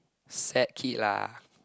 sad kid lah